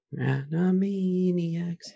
Animaniacs